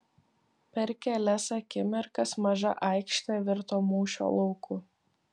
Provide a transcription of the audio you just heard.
per kelias akimirkas maža aikštė virto mūšio lauku